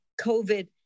COVID